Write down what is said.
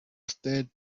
usted